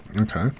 Okay